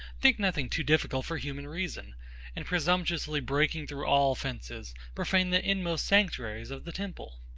think nothing too difficult for human reason and, presumptuously breaking through all fences, profane the inmost sanctuaries of the temple.